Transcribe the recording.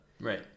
Right